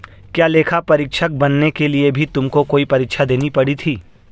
क्या लेखा परीक्षक बनने के लिए भी तुमको कोई परीक्षा देनी पड़ी थी?